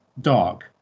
dark